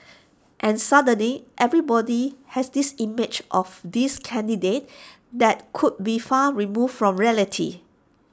and suddenly everybody has this image of this candidate that could be far removed from reality